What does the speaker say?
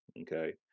okay